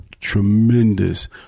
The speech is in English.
tremendous